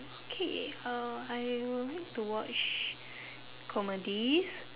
okay uh I will like to watch comedies